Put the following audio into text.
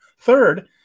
Third